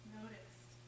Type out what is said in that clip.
noticed